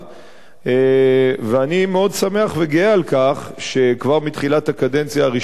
ואני מאוד שמח וגאה על כך שכבר מתחילת הקדנציה הראשונה שלו ראש